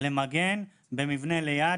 למגן במבנה ליד,